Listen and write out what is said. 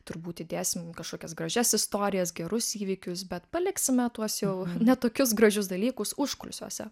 turbūt įdėsim kažkokias gražias istorijas gerus įvykius bet paliksime tuos jau ne tokius gražius dalykus užkulisiuose